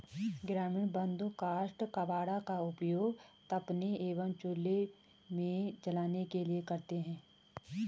ग्रामीण बंधु काष्ठ कबाड़ का उपयोग तापने एवं चूल्हे में जलाने के लिए करते हैं